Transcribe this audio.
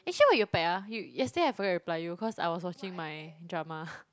actually what you pack ah you yesterday I forgot to reply you cause I was watching my drama